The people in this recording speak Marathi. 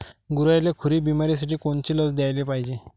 गुरांइले खुरी बिमारीसाठी कोनची लस द्याले पायजे?